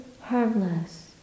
harmless